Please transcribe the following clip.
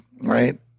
right